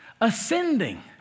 ascending